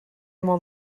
molt